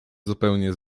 zupełnie